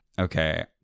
Okay